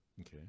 Okay